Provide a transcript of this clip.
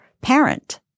parent